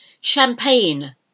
champagne